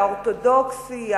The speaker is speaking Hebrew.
האורתודוקסי,